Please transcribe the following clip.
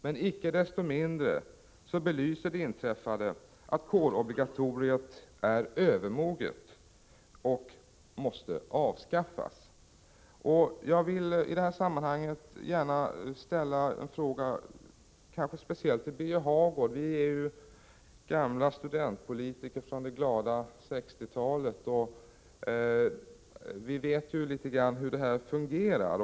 Men icke desto mindre belyser det inträffade att kårobligatoriet är övermoget och måste avskaffas. Herr talman! Jag vill i detta sammanhang gärna ställa en fråga kanske speciellt till Birger Hagård. Vi är ju gamla studentpolitiker från det glada 60-talet, och vi vet ju litet grand hur det här fungerar.